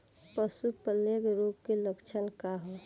पशु प्लेग रोग के लक्षण का ह?